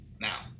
now